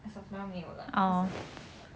as of now 没有啦就是 like 这个